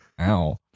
ow